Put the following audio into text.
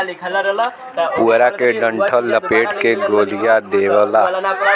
पुआरा के डंठल लपेट के गोलिया देवला